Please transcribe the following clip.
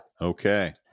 Okay